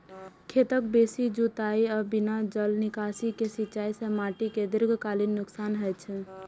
खेतक बेसी जुताइ आ बिना जल निकासी के सिंचाइ सं माटि कें दीर्घकालीन नुकसान होइ छै